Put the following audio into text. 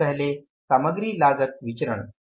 सबसे पहले सामग्री लागत विचरण